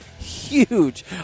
Huge